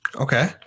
Okay